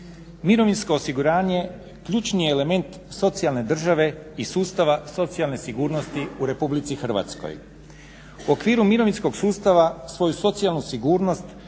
Mirovinsko osiguranje ključni je element socijalne države i sustava socijalne sigurnosti u RH. u okviru mirovinskog